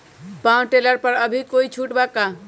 Power tiller पर अभी कोई छुट बा का?